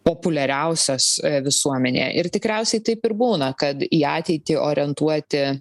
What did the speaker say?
populiariausios visuomenėje ir tikriausiai taip ir būna kad į ateitį orientuoti